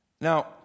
Now